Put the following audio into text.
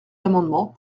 amendements